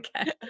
Okay